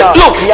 look